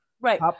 Right